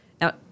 Now